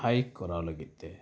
ᱦᱟᱭᱤᱠ ᱠᱚᱨᱟᱣ ᱞᱟᱹᱜᱤᱫᱛᱮ